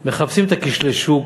מחפשים את כשלי השוק